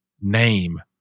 name